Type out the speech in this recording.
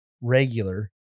regular